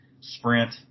Sprint